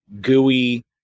gooey